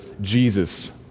Jesus